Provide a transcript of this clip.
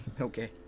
Okay